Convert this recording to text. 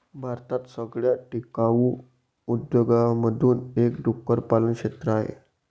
भारतात सगळ्यात टिकाऊ उद्योगांमधून एक डुक्कर पालन क्षेत्र आहे